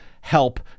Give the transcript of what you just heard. help